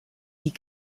die